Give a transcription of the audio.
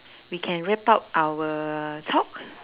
we can wrap up our talk